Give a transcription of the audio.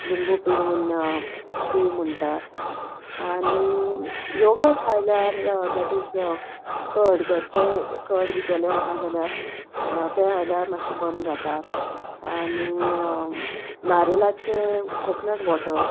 लिंबू पिळून पी म्हूणटा आनी योगट हायल्यार दॅट इज कर्ड घरचें कर्ड बी केलें आहा जाल्यार तें हायल्यार मातशें बंद जाता आनी नारयलाचें कोकनट वॉटर